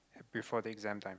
before the exam time